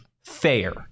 fair